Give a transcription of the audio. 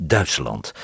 Duitsland